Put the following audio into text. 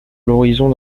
l’horizon